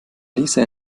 lisa